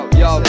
yo